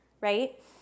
right